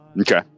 Okay